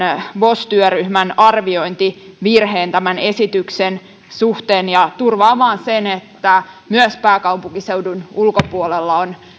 vos työryhmän arviointivirheen tämän esityksen suhteen ja turvaamaan sen että myös pääkaupunkiseudun ulkopuolella on